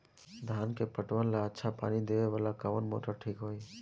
धान के पटवन ला अच्छा पानी देवे वाला कवन मोटर ठीक होई?